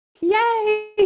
yay